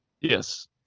Yes